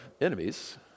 enemies